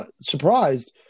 surprised